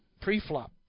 pre-flop